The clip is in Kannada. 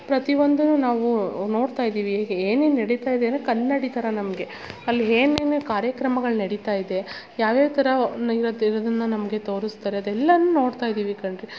ಪ್ರತಿ ಒಂದು ನಾವು ನೋಡ್ತಯಿದೀವಿ ಏನೇನು ನಡಿತಾಯಿದೆ ಅಂದರೆ ಕನ್ನಡಿಗರ ನಮಗೆ ಅಲ್ಲಿ ಏನೇನು ಕಾರ್ಯಕ್ರಮಗಳು ನಡೀತಾಯಿದೆ ಯಾವ್ಯಾವ ಥರ ಇರುತ್ತೆ ಇರೊದನ್ನು ನಮಗೆ ತೋರ್ಸ್ತಾರೆ ಅದೆಲ್ಲ ನೋಡ್ತಾಯಿದಿವಿ ಕಣ್ರಿ